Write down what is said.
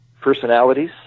personalities